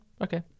Okay